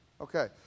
Okay